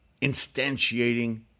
instantiating